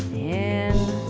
and